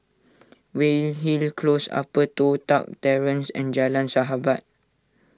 Weyhill Close Upper Toh Tuck Terrace and Jalan Sahabat